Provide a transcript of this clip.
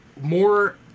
more